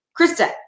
Krista